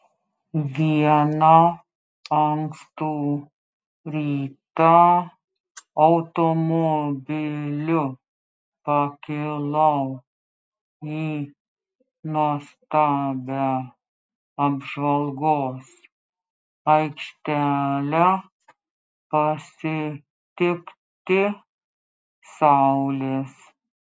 vieną ankstų rytą automobiliu pakilau į nuostabią apžvalgos aikštelę pasitikti saulės